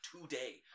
today